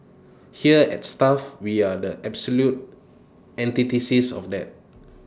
here at stuff we are the absolute antithesis of that